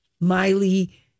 Miley